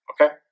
Okay